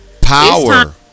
power